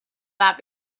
that